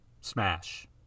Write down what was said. smash